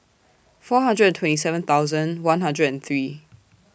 four hundred and twenty seven thousand one hundred and three